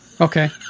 Okay